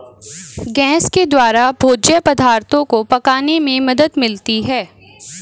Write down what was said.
gas के द्वारा भोज्य पदार्थो को पकाने में मदद मिलती है